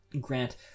Grant